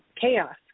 chaos